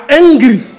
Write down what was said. angry